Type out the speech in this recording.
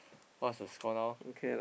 what's the score now